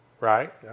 right